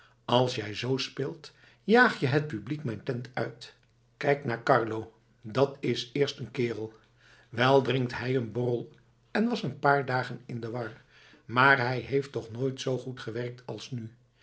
als jij zoo speelt jaag je het publiek mijn tent uit kijk naar carlo dat is eerst een kerel wel drinkt hij een borrel en was een paar dagen in de war maar hij heeft toch nooit zoo goed gewerkt als nu